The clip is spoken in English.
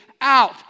out